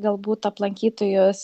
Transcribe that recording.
galbūt aplankytų jus